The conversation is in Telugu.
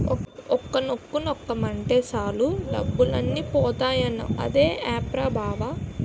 ఒక్క నొక్కు నొక్కేమటే సాలు డబ్బులన్నీ పోతాయన్నావ్ అదే ఆప్ రా బావా?